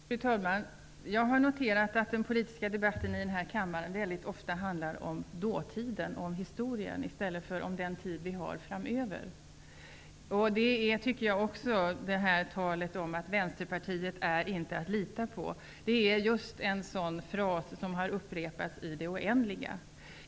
Fru talman! Jag har noterat att den politiska debatten i denna kammare väldigt ofta handlar om dåtiden, historien, i stället för den tid vi har framför oss. Det visar också talet om att Vänsterpartiet inte är att lita på. Det är just en sådan fras som upprepats i det oändliga.